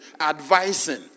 advising